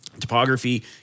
Topography